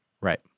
Right